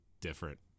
different